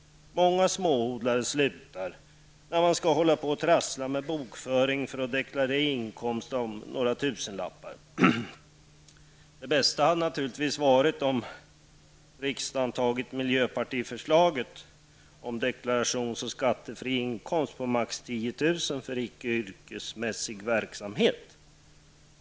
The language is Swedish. Många småodlare slutar när de skall hålla på och trassla med bokföring för att deklarera en inkomst på några tusenlappar. Det bästa hade naturligtvis varit om riksdagen tagit miljöpartiförslaget om deklarations och skattefri inkomst på maximum 10 000 kr. för icke yrkesmässig verksamhet.